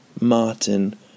Martin